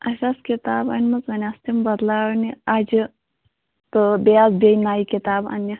اسہِ آسہٕ کِتاب اَنمَژ وۄنۍ آسہٕ تِم بدلاونہٕ اَجہِ تہٕ بیٚیہِ آسہٕ بیٚیہِ نَیہِ کِتاب اَننہِ